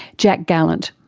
jack gallant.